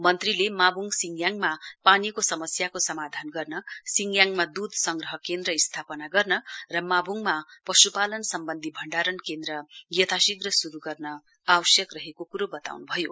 मन्त्रीले माब्ङ सिङथाङमा पानीको समस्याको समाधान गर्न सिङथाङमा दूध संग्रह केन्द्र स्थापना गर्न र माब्ङमा पशुपालन सम्वन्धी भण्डारण केन्द्र यथाशीध श्रू गर्न आवश्यक रहेको क्रो बताउनुभयो